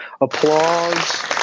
applause